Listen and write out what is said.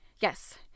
Yes